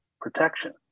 protection